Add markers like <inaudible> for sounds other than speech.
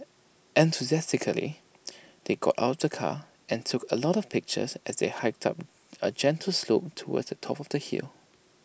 enthusiastically <noise> they got out of the car and took A lot of pictures as they hiked up A gentle slope towards the top of the hill